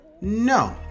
No